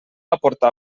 aportar